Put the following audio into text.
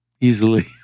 easily